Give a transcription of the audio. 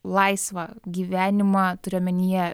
laisvą gyvenimą turiu omenyje